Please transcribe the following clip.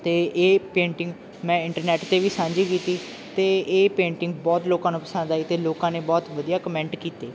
ਅਤੇ ਇਹ ਪੇਂਟਿੰਗ ਮੈਂ ਇੰਟਰਨੈਟ 'ਤੇ ਵੀ ਸਾਂਝੀ ਕੀਤੀ ਅਤੇ ਇਹ ਪੇਂਟਿੰਗ ਬਹੁਤ ਲੋਕਾਂ ਨੂੰ ਪਸੰਦ ਆਈ ਅਤੇ ਲੋਕਾਂ ਨੇ ਬਹੁਤ ਵਧੀਆ ਕਮੈਂਟ ਕੀਤੇ